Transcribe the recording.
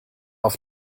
auf